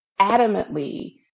adamantly